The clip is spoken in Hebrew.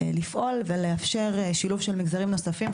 לפעול ולאפשר שילוב של מגזרים נוספים,